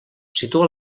situa